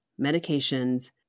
medications